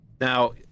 Now